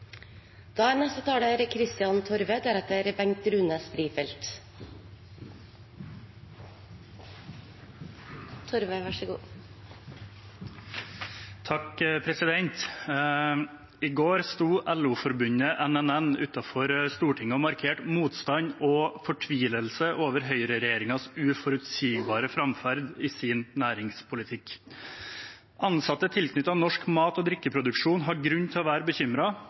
I går sto LO-forbundet NNN utenfor Stortinget og markerte motstand og fortvilelse over høyreregjeringens uforutsigbare framferd i sin næringspolitikk. Ansatte tilknyttet norsk mat- og drikkeproduksjon har grunn til å være